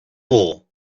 war